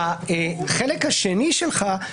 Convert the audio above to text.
החלק השני שלך,